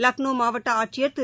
லக்னோ மாவட்ட ஆட்சியர் திரு